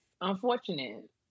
unfortunate